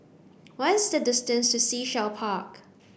what's the distance to Sea Shell Park